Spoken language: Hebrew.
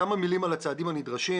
כמה מלים על הצעדים הנדרשים.